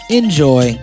enjoy